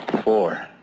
four